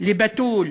רחמי